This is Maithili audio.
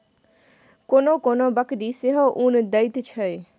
कोनो कोनो बकरी सेहो उन दैत छै